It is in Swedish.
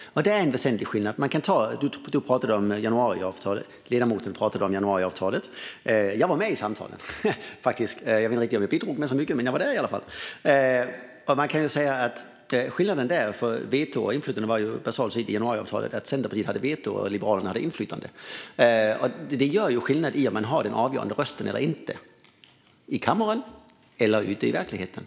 Det är en väsentlig skillnad. Ledamoten pratade om januariavtalet. Jag var med i dessa samtal. Jag vet inte om jag bidrog med så mycket, men jag var där i alla fall. Man kan säga att skillnaden mellan veto och inflytande i januariavtalet var att Centerpartiet hade veto och Liberalerna hade inflytande. Och det gör skillnad om man har den avgörande rösten eller inte - i kammaren och ute i verkligheten.